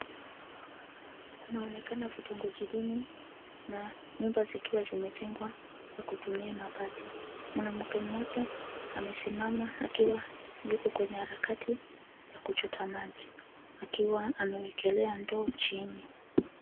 Kunaonekana vitongoji duni, na, nyumba zikiwa zimejengwa, kwa kutumia mabati, mwanamke mmoja, amesimama akiwa, yuko kwenye harakati, ya kuchota maji, akiwa ameekelea ndoo chini.